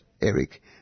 Eric